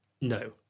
No